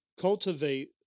cultivate